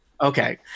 Okay